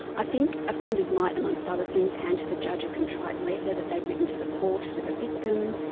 i think offenders might, amongst other things, hand to the judge a contrite letter that they have written to the court or to the victim.